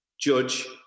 judge